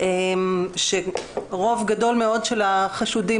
קרוב לחצי.